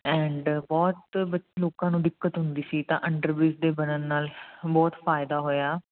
and ਬਹੁਤ ਲੋਕਾਂ ਨੂੰ ਦਿੱਕਤ ਹੁੰਦੀ ਸੀ ਤਾਂ ਅੰਡਰਬ੍ਰਿਜ ਦੇ ਬਣਨ ਨਾਲ ਬਹੁਤ ਫਾਇਦਾ ਹੋਇਆ